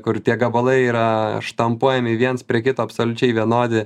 kur tie gabalai yra štampuojami viens prie kito absoliučiai vienodi